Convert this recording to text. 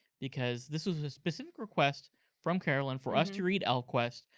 because this was a specific request from carolyn, for us to read elfquest.